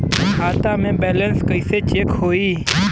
खता के बैलेंस कइसे चेक होई?